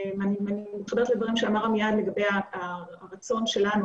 אני מתחברת לדברים שאמר עמיעד לגבי הרצון שלנו,